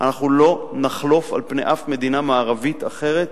אנחנו לא נחלוף על פני אף מדינה מערבית אחרת